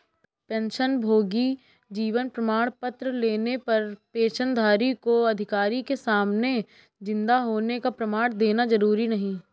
पेंशनभोगी जीवन प्रमाण पत्र लेने पर पेंशनधारी को अधिकारी के सामने जिन्दा होने का प्रमाण देना जरुरी नहीं